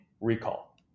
recall